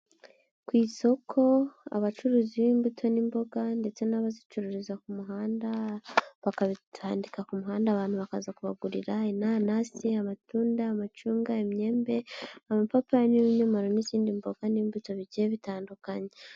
Ku isoko abacuruzi b'imbuto n'imboga, ndetse n'abazicururiza ku muhanda bakabitandika ku muhanda abantu bakaza kubagurira, inanasi, amatunda, amacunga, imyembe, amapapayi n'ibinyomoro, n'izindi mboga n'imbuto bigiye bitandukanye.